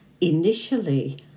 Initially